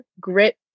grit